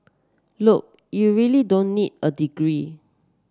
look you really don't need a degree